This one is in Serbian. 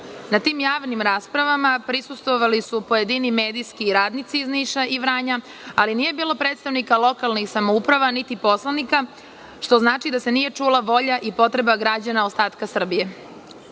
Na tim javnim raspravama prisustvovali su pojedini medijski radnici iz Niša i Vranja, ali nije bilo predstavnika lokalnih samouprava niti poslanika, što znači da se nije čula volja i potreba građana ostatka Srbije.